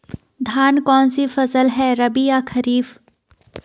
धान कौन सी फसल है रबी या खरीफ?